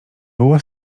było